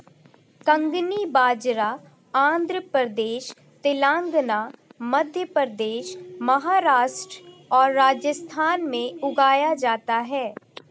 कंगनी बाजरा आंध्र प्रदेश, तेलंगाना, मध्य प्रदेश, महाराष्ट्र और राजस्थान में उगाया जाता है